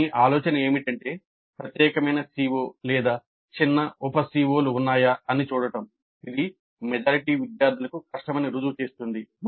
దీని ఆలోచన ఏమిటంటే ప్రత్యేకమైన CO లేదా చిన్న ఉప CO లు ఉన్నాయా అని చూడటం ఇది మెజారిటీ విద్యార్థులకు కష్టమని రుజువు చేస్తోంది